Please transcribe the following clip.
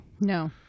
No